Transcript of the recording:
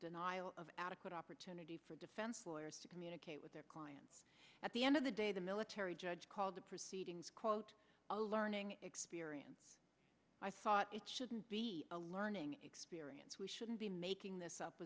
denial of adequate opportunity for defense lawyers to communicate with their client at the end of the day the military judge called the proceedings quote a learning experience i thought it shouldn't be a learning experience we shouldn't be making this up